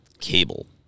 Cable